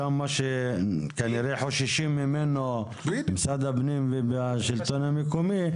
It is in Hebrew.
מה שכנראה חושש ממנו משרד הפנים והשלטון המקומי,